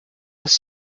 dass